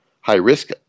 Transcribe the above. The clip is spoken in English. high-risk